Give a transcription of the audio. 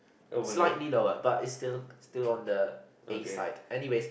slightly lower but it's still still on the A side anyways